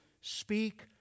speak